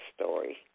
story